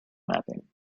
mapping